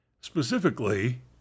Specifically